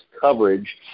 coverage